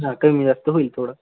हा कमी जास्त होईल थोडं